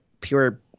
pure